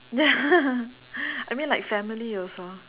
ya I mean like family also